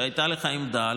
שכשהייתה לך עמדה,